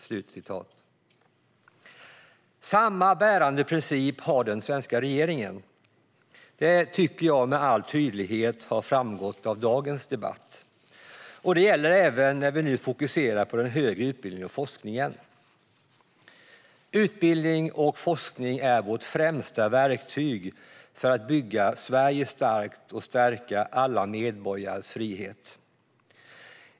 Samma bärande princip har den svenska regeringen. Det har med all tydlighet framgått av dagens debatt. Och det gäller även när vi nu fokuserar på den högre utbildningen och forskningen. Utbildning och forskning är vårt främsta verktyg för att bygga Sverige starkt och stärka alla medborgares frihet.